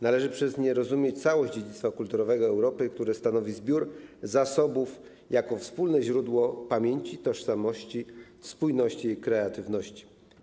Należy przez nie rozumieć całość dziedzictwa kulturowego Europy, które stanowi zbiór zasobów jako wspólne źródło pamięci, tożsamości, spójności i kreatywności.